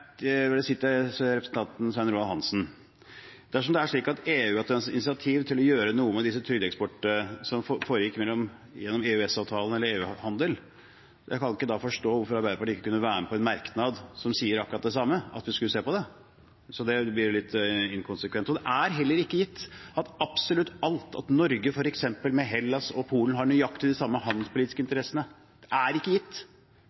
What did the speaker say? vil si til representanten Svein Roald Hansen: Dersom det er slik at EU har tatt initiativ til å gjøre noe med trygdeeksporten som foregår, gjennom EØS-avtalen eller EU-handel, kan jeg ikke forstå hvorfor Arbeiderpartiet ikke kunne være med på en merknad som sier akkurat det samme, at vi skal se på det. Det blir litt inkonsekvent. Absolutt alt er heller ikke gitt – at Norge f.eks. med Hellas og Polen har nøyaktig de sammen handelspolitiske interessene, er ikke gitt.